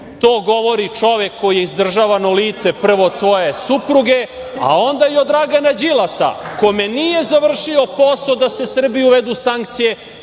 govori čovek koji je izdržavano lice prvo od svoje supruge, a onda i od Dragana Đilasa kome nije završio posao da se Srbiji uvedu sankcije,